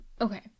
okay